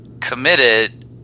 committed